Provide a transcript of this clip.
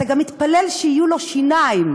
אתה גם מתפלל שיהיו לו שיניים,